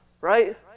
right